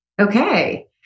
Okay